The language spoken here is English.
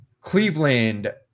Cleveland